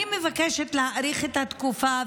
אני מבקשת להאריך את התקופה,